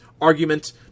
Argument